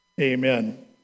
amen